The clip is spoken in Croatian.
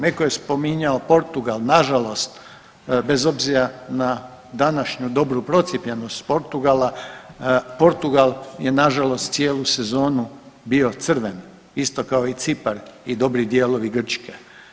Neko je spominjao Portugal, nažalost bez obzira na današnju dobru procijepljenost Portugala, Portugal je nažalost cijelu sezonu bio crven isto kao i Cipar i dobri dijelovi Grčke.